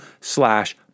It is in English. slash